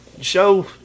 show